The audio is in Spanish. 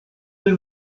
del